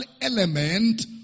element